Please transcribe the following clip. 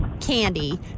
Candy